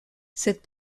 cette